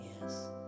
yes